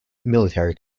military